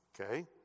okay